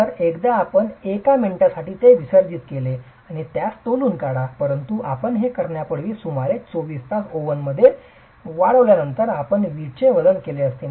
तर एकदा आपण एका मिनिटासाठी ते विसर्जित केले की त्यास तोलून काढा परंतु आपण हे करण्यापूर्वी सुमारे 24 तास ओव्हनमध्ये वाळवल्यानंतर आपण वीटचे वजन केले असते